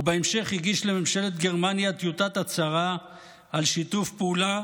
ובהמשך הגיש לממשלת גרמניה טיוטת הצהרה על שיתוף פעולה